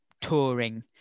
touring